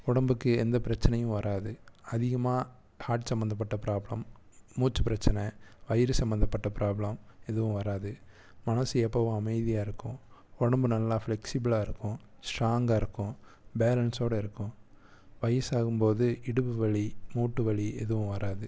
உடம்புக்கு எந்த பிரச்சனையும் வராது அதிகமாக ஹார்ட் சம்பந்தப்பட்ட ப்ராப்ளம் மூச்சு பிரச்சினை வயிறு சம்பந்தப்பட்ட ப்ராப்ளம் எதுவும் வராது மனது எப்போவும் அமைதியாருக்கும் உடம்பு நல்லா பிளக்சிபுள்லாருக்கும் ஸ்ட்ராங்காயிருக்கும் பேலன்ஸோடிருக்கும் வயதாகும் போது இடுப்பு வலி மூட்டு வலி எதுவும் வராது